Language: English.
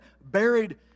buried